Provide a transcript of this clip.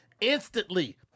instantly